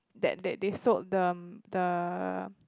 that that they soak the mm the